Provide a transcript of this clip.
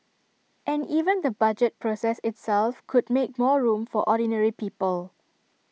and even the budget process itself could make more room for ordinary people